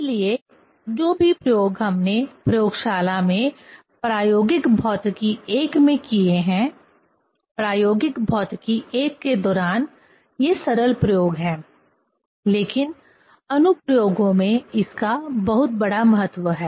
इसलिए जो भी प्रयोग हमने प्रयोगशाला में प्रायोगिक भौतिकी I में किए हैं प्रायोगिक भौतिकी I के दौरान ये सरल प्रयोग हैं लेकिन अनुप्रयोगों में इसका बहुत बड़ा महत्व है